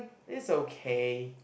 it's okay